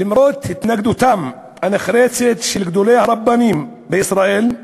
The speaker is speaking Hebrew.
למרות התנגדותם הנחרצת של גדולי הרבנים בישראל,